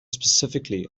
specifically